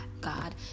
God